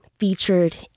featured